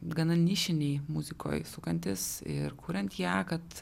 gana nišinėj muzikoj sukantis ir kuriant ją kad